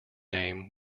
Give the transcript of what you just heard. name